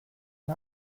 and